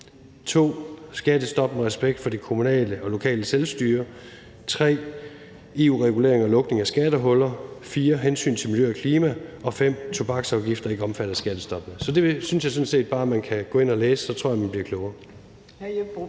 2) Skattestop med respekt for det kommunale og lokale selvstyre; 3) EU-regulering og lukning af skattehuller; 4) Hensyn til miljø og klima; 5) Tobaksafgifter er ikke omfattet af skattestoppet. Så det synes jeg sådan set bare man kan gå ind og læse, og så tror jeg, man bliver klogere.